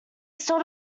stood